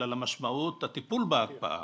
אלא למשמעות הטיפול בהקפאה.